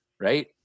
right